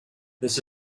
this